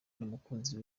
n’umukunzi